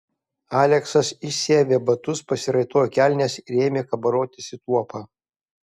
aleksas išsiavė batus pasiraitojo kelnes ir ėmė kabarotis į tuopą